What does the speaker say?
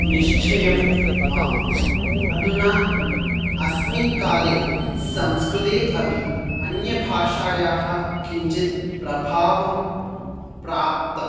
निश्चयम् आम् अधुना अस्मिन् काले संस्कृते अपि अन्यभाषायाः किञ्चित् प्रभावं प्राप्तम्